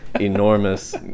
enormous